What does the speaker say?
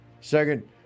Second